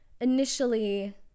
initially